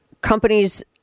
companies